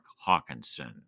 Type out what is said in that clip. Hawkinson